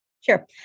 Sure